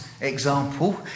example